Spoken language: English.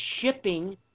shipping